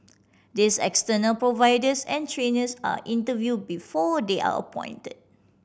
these external providers and trainers are interviewed before they are appointed